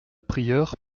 prieure